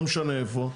לא משנה איפה,